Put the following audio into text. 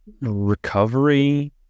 recovery